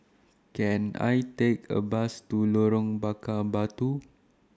Can I Take A Bus to Lorong Bakar Batu